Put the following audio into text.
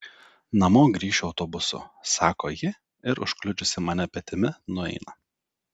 namo grįšiu autobusu sako ji ir užkliudžiusi mane petimi nueina